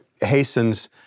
hastens